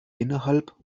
innerhalb